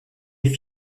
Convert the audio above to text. est